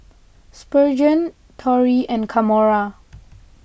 Spurgeon Torry and Kamora